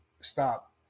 stop